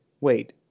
wait